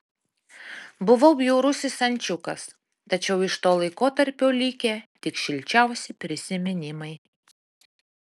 buvau bjaurusis ančiukas tačiau iš to laikotarpio likę tik šilčiausi prisiminimai